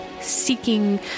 seeking